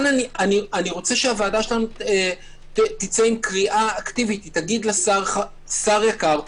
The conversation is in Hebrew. אני רוצה שהוועדה שלנו תצא עם קריאה אקטיבית: שר יקר,